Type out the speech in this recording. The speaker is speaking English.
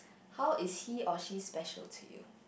how is he or she special to you